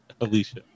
Alicia